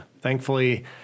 thankfully